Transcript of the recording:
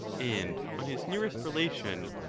and on his nearest relation,